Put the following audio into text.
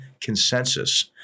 consensus